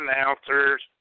announcers